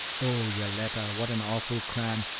oh, yoletta, what an awful cram!